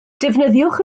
defnyddiwch